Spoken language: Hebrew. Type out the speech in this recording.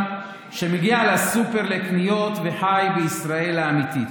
שמגיע לסופר לקניות וחי בישראל האמיתית,